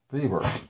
fever